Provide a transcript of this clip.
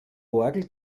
orgel